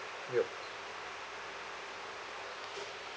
yup